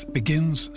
begins